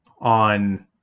on